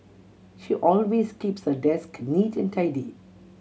she always keeps her desk neat and tidy